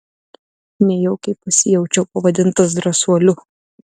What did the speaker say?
nejaukiai pasijaučiau pavadintas drąsuoliu